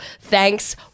Thanks